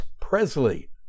Presley